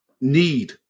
need